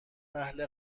اهل